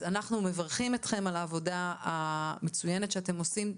אנחנו מברכים אתכם על העבודה המצוינת שאתם עושים.